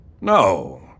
No